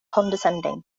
condescending